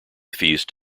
feast